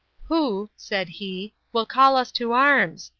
who, said he, will call us to arms?